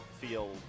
feel